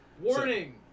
Warning